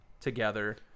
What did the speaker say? together